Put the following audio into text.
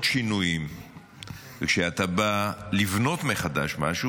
שינויים וכשאתה בא לבנות מחדש משהו,